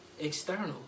external